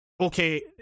okay